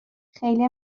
خیلی